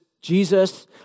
Jesus